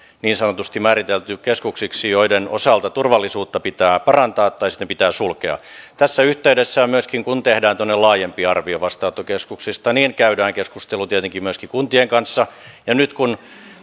niin sanotusti määritelty keskuksiksi joiden osalta turvallisuutta pitää parantaa tai sitten ne pitää sulkea tässä yhteydessä kun tehdään tuommoinen laajempi arvio vastaanottokeskuksista käydään keskustelu tietenkin myöskin kuntien kanssa ja nyt kun